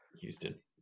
Houston